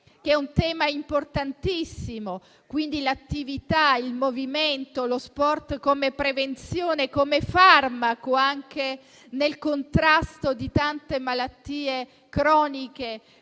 di un tema importantissimo: l'attività, il movimento, lo sport come prevenzione e come farmaco anche nel contrasto di tante malattie croniche,